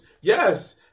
Yes